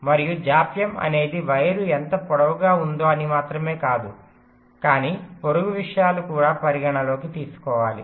మరియు జాప్యం అనేది వైర్ ఎంత పొడవుగా ఉందో అని మాత్రమే కాదు కానీ పొరుగు విషయాలు కూడా పరిగణలోకి తీసుకోవాలి